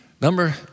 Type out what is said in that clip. Number